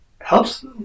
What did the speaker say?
helps